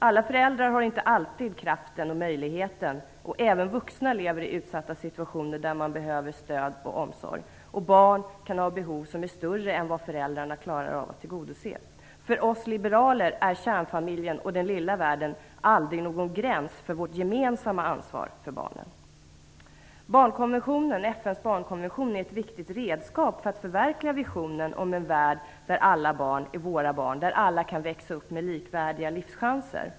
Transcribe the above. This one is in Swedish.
Alla föräldrar har inte alltid kraften och möjligheten. Även vuxna lever i utsatta situationer där de behöver stöd och omsorg. Barn kan ha behov som är större än vad föräldrarna klarar av att tillgodose. För oss liberaler är kärnfamiljen och den lilla världen aldrig någon gräns för vårt gemensamma ansvar för barnen. FN:s barnkonvention är ett viktigt redskap för att förverkliga visionen om en värld där alla barn är våra barn, där alla kan växa upp med likvärdiga livschanser.